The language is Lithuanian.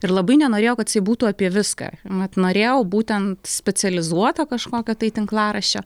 ir labai nenorėjau kad jisai būtų apie viską mat norėjau būtent specializuoto kažkokio tai tinklaraščio